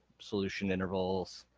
solution intervals.